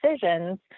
decisions